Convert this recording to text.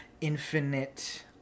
infinite